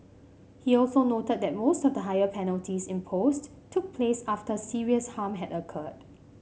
he also noted that most of the higher penalties imposed took place after serious harm had occurred